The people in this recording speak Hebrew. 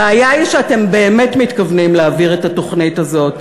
הבעיה היא שאתם באמת מתכוונים להעביר את התוכנית הזאת,